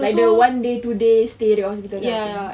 like the one day two day stay that dekat hospital that kind of thing